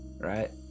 right